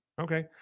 Okay